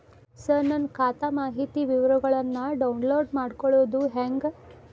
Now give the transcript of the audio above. ಸರ ನನ್ನ ಖಾತಾ ಮಾಹಿತಿ ವಿವರಗೊಳ್ನ, ಡೌನ್ಲೋಡ್ ಮಾಡ್ಕೊಳೋದು ಹೆಂಗ?